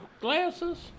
glasses